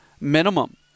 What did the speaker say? minimum